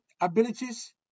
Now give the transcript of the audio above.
abilities